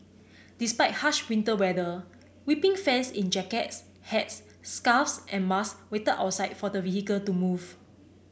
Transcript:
despite harsh winter weather weeping fans in jackets hats scarves and masks waited outside for the vehicle to leave